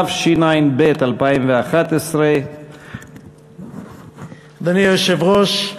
התשע"ב 2011. אדוני היושב-ראש,